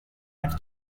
had